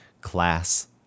class